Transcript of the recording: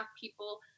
people